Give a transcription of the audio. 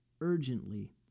urgently